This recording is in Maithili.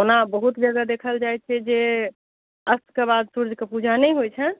ओना बहुत जगह देखल जाइ छै जे अस्तके बाद सूर्यके पूजा नहि होइ छनि